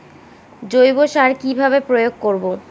জৈব সার কি ভাবে প্রয়োগ করব?